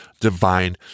divine